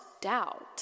doubt